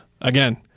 Again